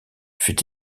fut